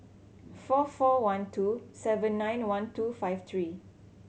four four one two seven nine one two five three